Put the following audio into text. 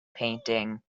painting